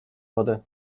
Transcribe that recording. wodę